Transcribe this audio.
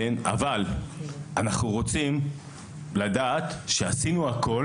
אבל אנחנו רוצים לדעת שאנחנו עושים הכל